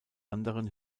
anderen